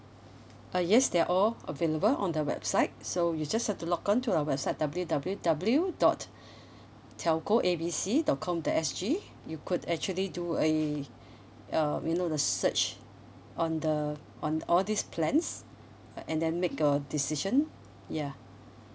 uh yes they are all available on the website so you just have to log on to our website W W W dot telco A B C dot com dot S_G you could actually do a um you know the search on the on all these plans uh and then make your decision ya